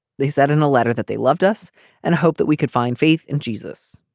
they said in a letter that they loved us and hoped that we could find faith in jesus.